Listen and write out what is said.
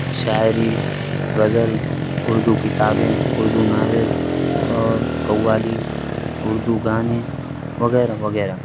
شاعری غزل اردو کتابیں اردو ناول اور قوالی اردو گانے وغیرہ وغیرہ